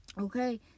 Okay